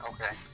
okay